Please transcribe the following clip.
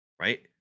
right